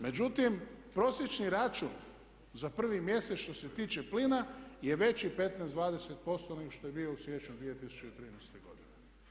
Međutim, prosječni račun za prvi mjesec što se tiče plina je veći 15, 20% nego što je bio u siječnju 2013. godine.